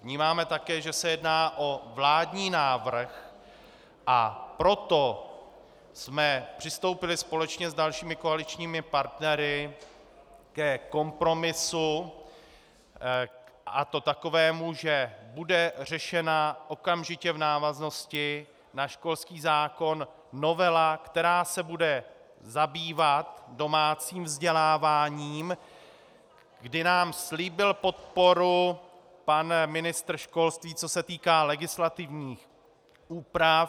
Vnímáme také, že se jedná o vládní návrh, a proto jsme přistoupili společně s dalšími koaličními partnery ke kompromisu, a to takovému, že bude řešena okamžitě v návaznosti na školský zákon novela, která se bude zabývat domácím vzděláváním, kdy nám slíbil podporu pan ministr školství, co se týká legislativních úprav.